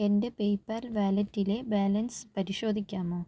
എൻ്റെ പേയ്പാൽ വാലറ്റിലെ ബാലൻസ് പരിശോധിക്കാമോ